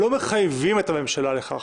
לא מחייבים את הממשלה לכך.